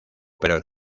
pero